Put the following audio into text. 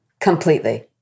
Completely